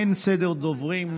אין סדר דוברים.